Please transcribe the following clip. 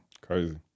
Crazy